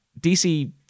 DC